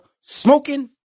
smoking